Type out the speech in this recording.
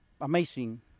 amazing